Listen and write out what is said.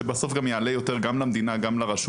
שבסוף זה יעלה יותר גם למדינה וגם לרשות